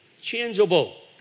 changeable